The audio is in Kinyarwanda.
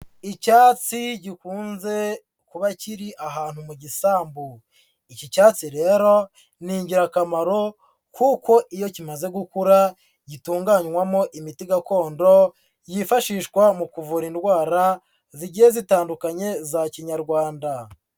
Icyatsi gikunze kuba kiri ahantu mu gisambu, iki cyatsi rero ni ingirakamaro kuko iyo kimaze gukura gitunganywamo imiti gakondo yifashishwa mu kuvura indwara zigiye zitandukanye za Kinyarwanda.